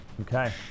Okay